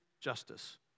justice